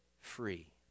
free